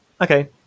Okay